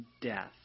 death